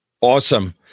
Awesome